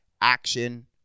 action